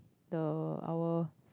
the our